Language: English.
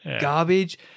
garbage